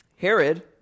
Herod